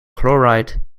chloride